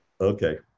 Okay